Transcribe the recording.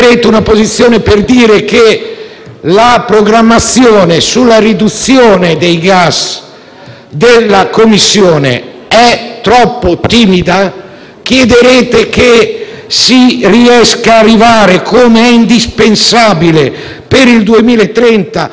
della Commissione è troppo timida? Chiederete che si riesca ad arrivare - come è indispensabile - per il 2030 al dimezzamento? Diversamente nel 2050 non arriveremo mai